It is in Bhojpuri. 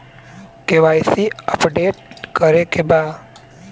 के.वाइ.सी अपडेट करे के बा?